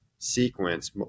sequence